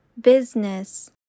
business